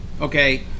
okay